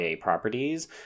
properties